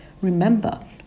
Remember